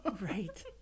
right